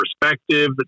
perspective